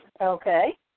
Okay